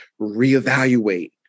reevaluate